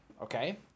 Okay